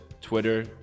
Twitter